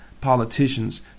politicians